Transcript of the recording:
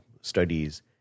studies